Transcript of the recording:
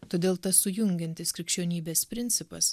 todėl tas sujungiantis krikščionybės principas